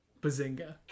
Bazinga